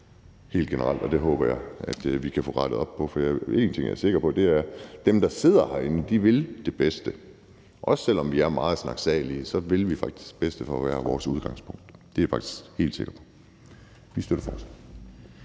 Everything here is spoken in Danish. i stykker, og det håber jeg at vi kan få rettet op på. For der er en ting, jeg er sikker på, og det er, at dem, der sidder herinde, vil det bedste. Selv om vi er meget snakkesalige, vil vi faktisk det bedste ud fra hver vores udgangspunkt. Det er jeg faktisk helt sikker på. Vi støtter forslaget.